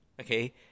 okay